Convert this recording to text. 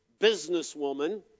businesswoman